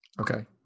Okay